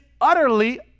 utterly